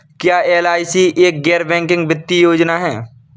क्या एल.आई.सी एक गैर बैंकिंग वित्तीय योजना है?